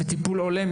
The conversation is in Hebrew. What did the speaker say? בטיפול הולם,